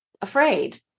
afraid